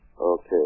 Okay